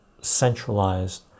centralized